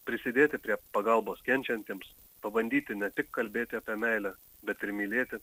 prisidėti prie pagalbos kenčiantiems pabandyti ne tik kalbėti apie meilę bet ir mylėti